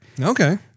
Okay